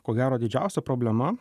ko gero didžiausia problema